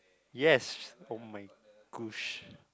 yes oh-my-gosh